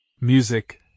Music